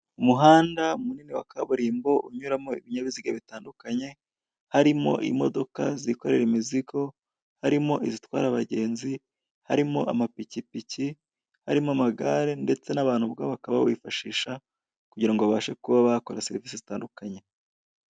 Umuhanda munini wa kaburimbo unyuramo ibinyabiziga bitandukanye harimo imodoka zikorera imizigo, harimo izitwara abagenzi, harimo amapikipiki, harimo amagare ndetse n'abantu ubwabo bakaba bawifashisha kugira ngo babashe kuba bakora serivise zitandukanye.